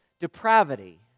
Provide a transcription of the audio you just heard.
depravity